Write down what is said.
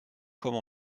comme